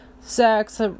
sex